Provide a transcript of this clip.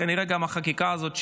וכנראה גם החקיקה הזאת,